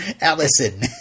Allison